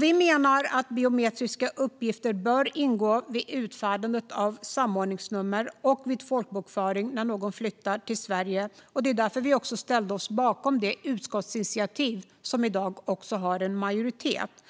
Vi menar att biometriska uppgifter bör ingå vid utfärdandet av samordningsnummer och vid folkbokföring när någon flyttar till Sverige. Det var därför vi också ställde oss bakom det utskottsinitiativ som i dag har en majoritet.